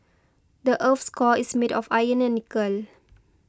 the earth's core is made of iron and nickel